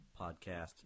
podcast